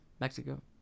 Mexico